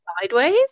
sideways